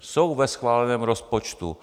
Jsou ve schváleném rozpočtu.